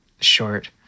short